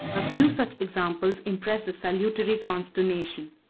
a few such examples impressed a salutary consternation.